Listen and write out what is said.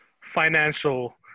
financial